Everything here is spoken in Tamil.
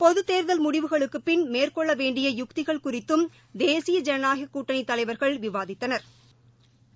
பொதுத் தேர்தல் முடிவுகளுக்குப் பின் மேற்கொள்ளவேண்டிய யுத்திகள் குறித்தும் தேசிய ஐனநாயகக் கூட்டணிதலைவா்கள் விவாதித்தனா்